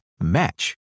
match